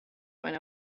when